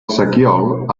sequiol